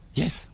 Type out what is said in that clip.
yes